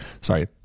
sorry